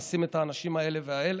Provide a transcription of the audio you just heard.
נשים את האנשים האלה והאלה,